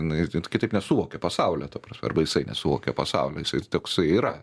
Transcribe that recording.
jinai net kitaip nesuvokia pasaulio ta prasme arba jisai nesuvokia pasaulio jisai ir toksai yra